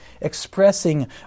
expressing